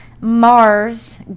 Mars